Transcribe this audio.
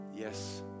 Yes